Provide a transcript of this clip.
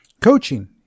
Coaching